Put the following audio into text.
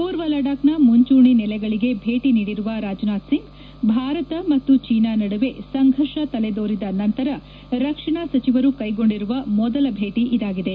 ಪೂರ್ವ ಲಡಾಖ್ನ ಮುಂಚೂಣಿ ನೆಲೆಗಳಿಗೆ ಭೇಟ ನೀಡಿರುವ ರಾಜನಾಥ್ ಸಿಂಗ್ ಭಾರತ ಮತ್ತು ಚೀನಾ ನಡುವೆ ಸಂಘರ್ಷ ತಲೆದೋರಿದ ನಂತರ ರಕ್ಷಣಾ ಸಚಿವರು ಕೈಗೊಂಡಿರುವ ಮೊದಲ ಭೇಟಿ ಇದಾಗಿದೆ